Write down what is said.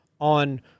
on